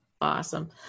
Awesome